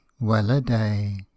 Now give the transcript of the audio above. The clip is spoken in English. well-a-day